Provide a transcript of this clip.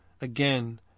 again